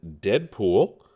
Deadpool